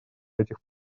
этих